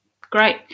Great